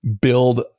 build